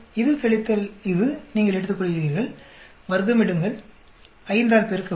இது கழித்தல் இதை நீங்கள் எடுத்துக்கொள்கிறீர்கள் வர்க்கமெடுங்கள் 5 ஆல் பெருக்கவும்